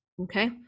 Okay